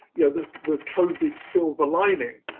yeah the the covid silver lining.